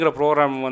program